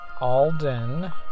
Alden